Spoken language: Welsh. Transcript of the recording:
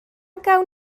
gawn